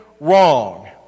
wrong